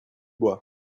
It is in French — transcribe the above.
bois